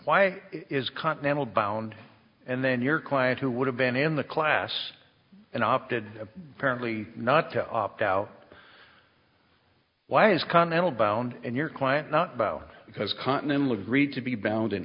why is continental bound and then your client who would have been in the class and opted a fairly not to opt out why is continental bound and your client not go because continental agreed to be bound in